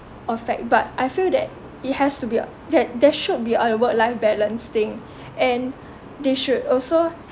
affect but I feel that it has to be a there there should be a work life balance thing and they should also